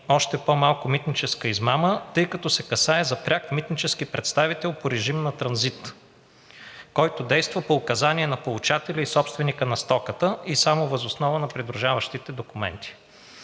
още по-малко митническа измама, тъй като се касае за пряк митнически представител по режим на транзит, който действа по указания на получателя и собственика на стоката и само въз основа на придружаващите документи.